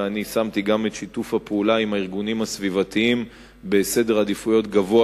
ואני שמתי גם את שיתוף הפעולה עם הארגונים הסביבתיים במקום גבוה